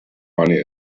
money